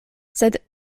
sed